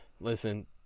listen